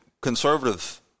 conservative